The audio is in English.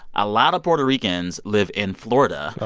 a lot of puerto ricans live in florida,